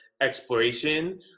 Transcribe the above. exploration